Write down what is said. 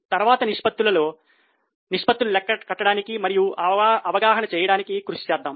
తరువాత తరగతిలో నిష్పత్తులు లెక్క కట్టడానికి మరియు అవగాహన చేయడానికి కృషి చేద్దాం